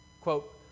Quote